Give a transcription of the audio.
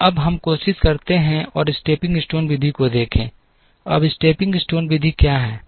अब हम कोशिश करते हैं और स्टेपिंग स्टोन विधि को देखें अब स्टेपिंग स्टोन विधि क्या है